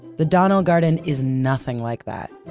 the donnell garden is nothing like that.